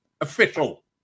official